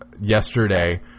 Yesterday